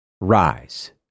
rise